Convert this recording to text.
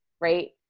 right